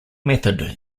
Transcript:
method